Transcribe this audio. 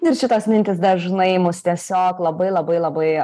ir šitos mintys dažnai mus tiesiog labai labai labai